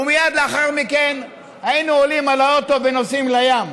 ומייד לאחר מכן היינו עולים על האוטו ונוסעים לים,